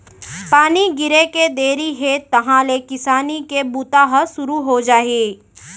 पानी गिरे के देरी हे तहॉं ले किसानी के बूता ह सुरू हो जाही